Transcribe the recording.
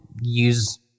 use